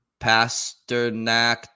Pasternak